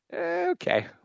Okay